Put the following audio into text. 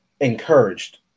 encouraged